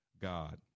God